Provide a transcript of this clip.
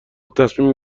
تصمیم